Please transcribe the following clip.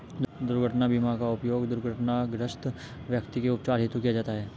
दुर्घटना बीमा का उपयोग दुर्घटनाग्रस्त व्यक्ति के उपचार हेतु किया जाता है